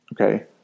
Okay